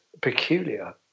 peculiar